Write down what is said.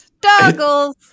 Doggles